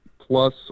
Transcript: Plus